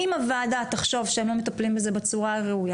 אם הוועדה תחשוב שהם לא מטפלים בזה בצורה הראויה,